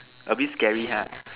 a bit scary ha